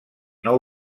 nou